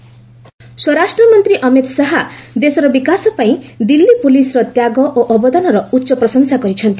Amit Shah Delhi police ସ୍ୱରାଷ୍ଟ୍ରମନ୍ତ୍ରୀ ଅମିତ ଶାହା ଦେଶର ବିକାଶ ପାଇଁ ଦିଲ୍ଲୀ ପୋଲିସର ତ୍ୟାଗ ଓ ଅବଦାନର ଉଚ୍ଚ ପ୍ରଶଂସା କରିଛନ୍ତି